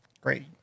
Great